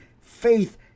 faith